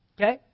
Okay